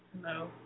Hello